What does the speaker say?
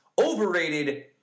Overrated